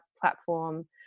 platform